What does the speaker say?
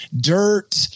Dirt